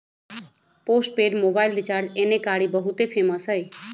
postpaid mobile recharge एन्ने कारि बहुते फेमस हई